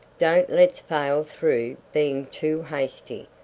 don't let's fail through being too hasty.